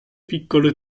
piccole